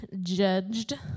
judged